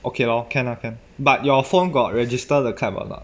okay lor can lah can but your phone got register the clap or not